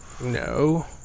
no